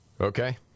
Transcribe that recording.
okay